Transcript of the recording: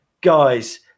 guys